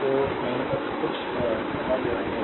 तो मैंने सब कुछ बता दिया है